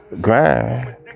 ground